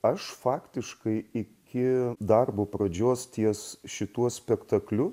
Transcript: aš faktiškai iki darbo pradžios ties šituo spektakliu